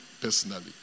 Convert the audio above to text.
personally